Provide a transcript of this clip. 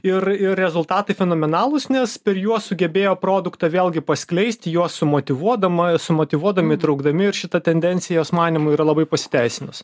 ir ir rezultatai fenomenalūs nes per juos sugebėjo produktą vėlgi paskleisti juos su motyvuodama sumotyvuodami įtraukdami ir šita tendencija jos manymu yra labai pasiteisinus